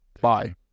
Bye